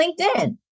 LinkedIn